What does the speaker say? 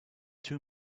two